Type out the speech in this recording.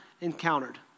encountered